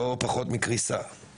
לא פחות מקריסה.